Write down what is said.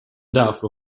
därför